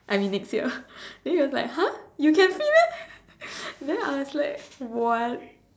I mean next year then he was like !huh! you can fit meh then I was like what